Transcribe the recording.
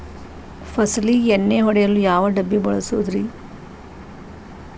ಫಸಲಿಗೆ ಎಣ್ಣೆ ಹೊಡೆಯಲು ಯಾವ ಡಬ್ಬಿ ಬಳಸುವುದರಿ?